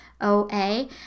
oa